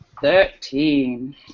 Thirteen